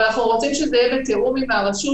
אבל אנחנו רוצים שזה יהיה בתיאום עם הרשות